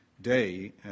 day